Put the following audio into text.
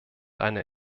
eine